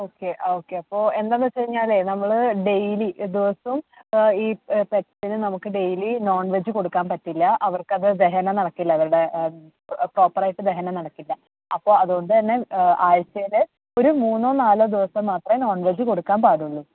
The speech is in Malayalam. ഓക്കെ ഓക്കെ അപ്പോൾ എന്താണെന്ന് വെച്ച് കഴിഞ്ഞാലേ നമ്മൾ ഡെയിലി ദിവസവും ഈ പെറ്റ്സിനെ നമുക്ക് ഡെയിലി നോൺ വെജ് കൊടുക്കാൻ പറ്റില്ല അവർക്കത് ദഹനം നടക്കില്ല അവരുടെ പ്രോപ്പർ ആയിട്ട് ദഹനം നടക്കില്ല അപ്പം അതുകൊണ്ട് തന്നെ ആഴ്ചയിൽ ഒരു മൂന്നോ നാലോ ദിവസം മാത്രമേ നോൺ വെജ് കൊടുക്കാൻ പാടുള്ളൂ